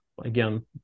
again